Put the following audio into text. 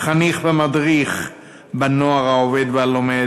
חניך ומדריך בנוער העובד והלומד,